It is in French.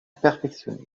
perfectionné